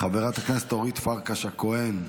חברת הכנסת אורית פרקש הכהן,